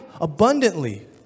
abundantly